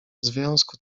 związku